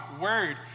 word